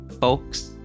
folks